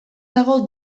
dago